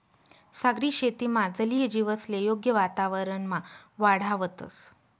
सागरी शेतीमा जलीय जीवसले योग्य वातावरणमा वाढावतंस